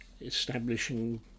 establishing